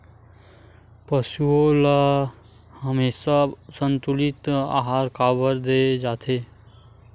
पशुओं ल हमेशा संतुलित आहार काबर दे जाथे?